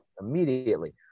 immediately